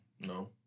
No